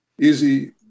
Easy